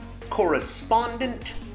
Correspondent